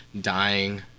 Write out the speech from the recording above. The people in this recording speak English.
dying